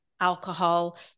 Alcohol